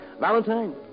Valentine